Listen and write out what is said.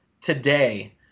today